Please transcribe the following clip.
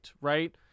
right